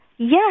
Yes